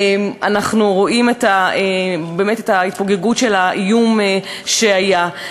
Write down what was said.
אנחנו רואים באמת את ההתפוגגות של האיום שהיה.